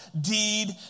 deed